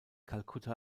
kalkutta